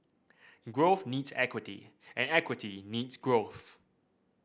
growth needs equity and equity needs growth